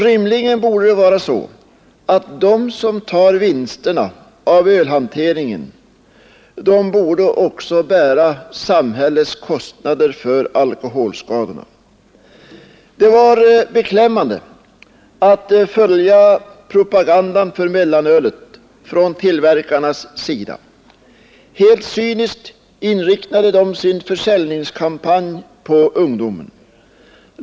Rimligen borde det vara så att de som tar vinsterna av ölhanteringen också borde bära samhällets kostnader för alkoholskadorna. Det var beklämmande att följa propagandan för mellanölet från tillverkarnas sida. Helt cyniskt inriktade de sin försäljningskampanj på ungdomen.